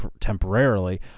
temporarily